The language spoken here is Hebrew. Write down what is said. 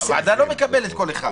הוועדה לא מקבלת כל אחד.